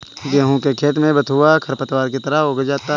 गेहूँ के खेत में बथुआ खरपतवार की तरह उग आता है